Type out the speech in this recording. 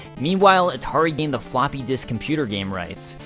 meanwhile, atari gained the floppy disk computer game rights.